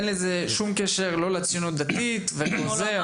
כך שאין קשר לציונות הדתית וכל זה.